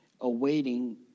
awaiting